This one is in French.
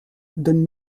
donne